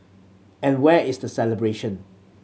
and where is the celebration